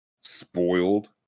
spoiled